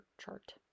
chart